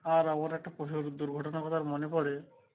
আর আবার একটা প্রচুর দুর্ঘটনাার কথা মনে পড়ে